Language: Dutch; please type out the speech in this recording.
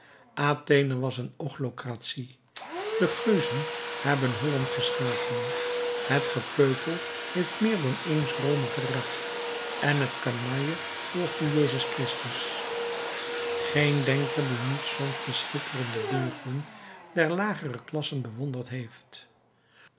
athene was een ochlocratie de geuzen hebben holland geschapen het gepeupel heeft meer dan eens rome gered en het kanalje volgde jezus christus geen denker die niet soms de schitterende deugden der lagere klassen bewonderd heeft